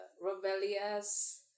rebellious